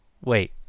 Wait